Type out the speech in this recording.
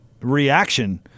reaction